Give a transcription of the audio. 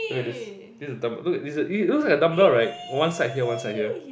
look at this this is a dumbbell right it looks like a dumbbell right on one side here one side here